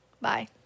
bye